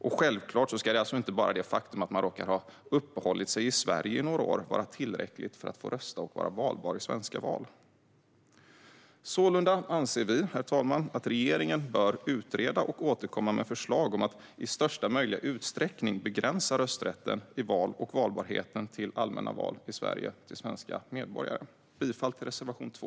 Och självklart ska inte bara det faktum att man råkar ha uppehållit sig i Sverige några år vara tillräckligt för att få rösta och vara valbar i svenska val. Sålunda anser vi att regeringen bör utreda och återkomma med förslag om att i största möjliga utsträckning begränsa rösträtten och valbarheten i allmänna val i Sverige till svenska medborgare. Jag yrkar bifall till reservation 2.